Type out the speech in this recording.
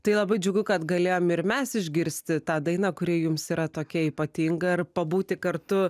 tai labai džiugu kad galėjom ir mes išgirsti tą dainą kuri jums yra tokia ypatinga ir pabūti kartu